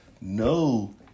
No